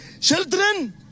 children